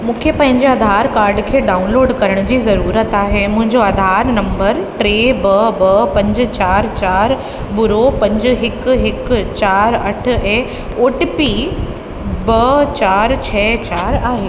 मूंखे पंहिंजे अधार काड खे डाउनलोड करण जी ज़रूरत आहे मुंहिंजो अधार नम्बर टे ॿ ॿ पंज चारि चारि ॿुड़ी पंज पंज हिकु चारि अठ ऐं ओ टी पी ॿ चारि छह चारि आहे